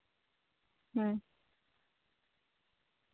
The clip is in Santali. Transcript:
ᱦᱮᱸ